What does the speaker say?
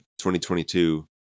2022